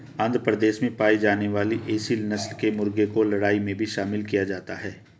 आंध्र प्रदेश में पाई जाने वाली एसील नस्ल के मुर्गों को लड़ाई में भी शामिल किया जाता है